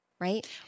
right